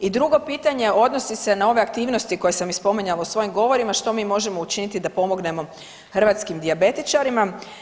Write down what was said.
I drugo pitanje odnosi se na ove aktivnosti koje sam i spominjala u svojim govorima što mi možemo učiniti da pomognemo hrvatskim dijabetičarima?